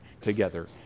together